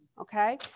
okay